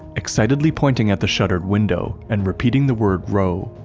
excitedly pointing at the shuttered window and repeating the word, rho,